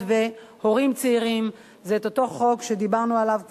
והורים צעירים זה אותו חוק שדיברנו עליו כבר,